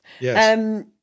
Yes